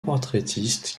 portraitiste